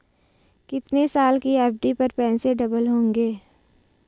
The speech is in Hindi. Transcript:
कितने साल की एफ.डी पर पैसे डबल होंगे?